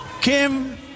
Kim